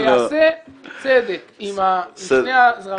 זה יעשה צדק עם שני הזרמים האלה,